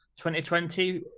2020